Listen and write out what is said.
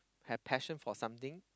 have passion for something